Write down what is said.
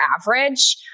average